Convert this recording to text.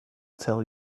tell